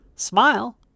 Smile